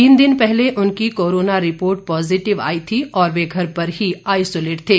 तीन दिन पहले उनकी कोरोना रिपोर्ट पॉजिटिव आई थी और ये घर पर ही आइसोलेट थे